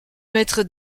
mètre